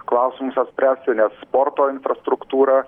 klausimus spręsti nes sporto infrastruktūra